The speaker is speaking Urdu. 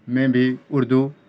میں بھی اردو